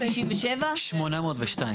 802?